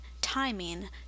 timing